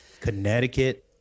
Connecticut